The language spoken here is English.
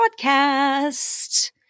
Podcast